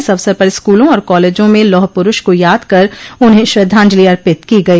इस अवसर पर स्कूलों और कॉलेजों में लौह पुरूष को याद कर उन्हें श्रद्धाजंलि अर्पित की गई